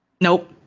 Nope